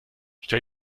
stell